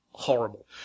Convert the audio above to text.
horrible